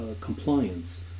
compliance